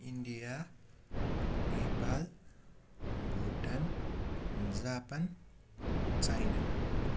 India Nepal Bhutan Japan China